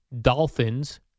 Dolphins